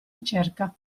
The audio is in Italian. cerca